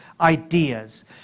ideas